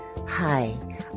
Hi